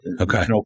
Okay